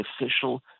official